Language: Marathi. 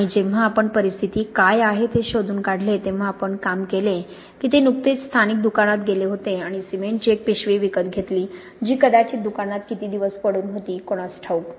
आणि जेव्हा आपण परिस्थिती काय आहे ते शोधून काढले तेव्हा आपण काम केले की ते नुकतेच स्थानिक दुकानात गेले होते आणि सिमेंटची एक पिशवी विकत घेतली जी कदाचित दुकानात किती दिवस पडून होती कोणास ठाऊक